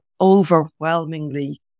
overwhelmingly